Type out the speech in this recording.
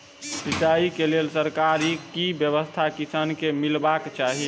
सिंचाई केँ लेल सरकारी की व्यवस्था किसान केँ मीलबाक चाहि?